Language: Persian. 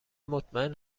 مطمئن